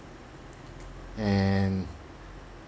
and